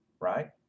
right